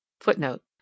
Footnote